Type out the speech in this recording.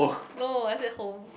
no I say home